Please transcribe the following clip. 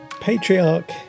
Patriarch